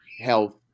health